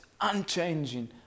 unchanging